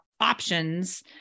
options